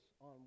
on